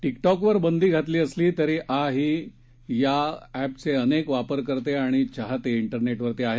टीकटॉकवर बंदी घातली असली तरी आ ही या अॅपचे अनेक वापरकर्ते आणि चाहते इंटरनेटवर आहेत